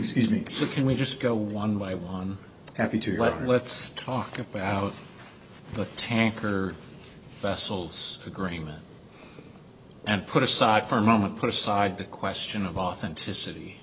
so can we just go one by one happy to let let's talk about the tanker vessels agreement and put aside for a moment put aside the question of authenticity